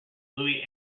louie